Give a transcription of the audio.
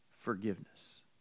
forgiveness